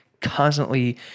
constantly